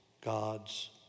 God's